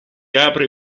apre